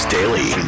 Daily